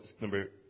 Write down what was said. number